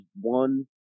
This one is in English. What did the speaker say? one